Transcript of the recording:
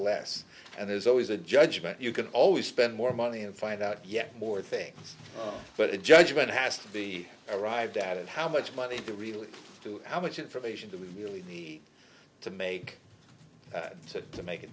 less and there's always a judgment you can always spend more money and find out yet more things but a judgment has to be arrived at how much money to really do how much information do we really need to make to make a